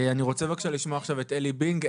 אני רוצה עכשיו לשמוע את עלי בינג.